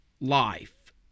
life